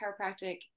chiropractic